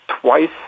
twice